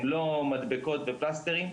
הם לא מדבקות ופלסטרים,